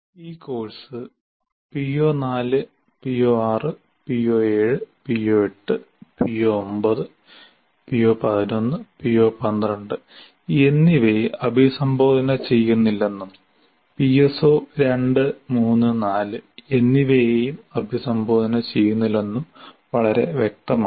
ഈ കോഴ്സ് PO4 PO6 PO7 PO8 PO9 PO11 PO12 എന്നിവയെ അഭിസംബോധന ചെയ്യുന്നില്ലെന്നും PSO2 3 4 എന്നിവയെയും അഭിസംബോധന ചെയ്യുന്നില്ലെന്നും വളരെ വ്യക്തമാണ്